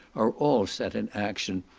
are all set in action,